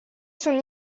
son